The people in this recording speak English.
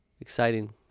exciting